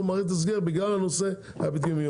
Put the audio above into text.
מערכת הסגר בגלל הנושא האפידמיולוגי,